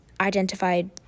identified